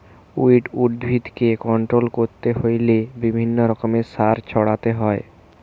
weed উদ্ভিদকে control করতে হইলে বিভিন্ন রকমের সার ছড়াতে হয়